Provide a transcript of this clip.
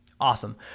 Awesome